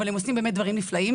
אבל הם עושים באמת דברים נפלאים.